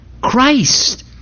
Christ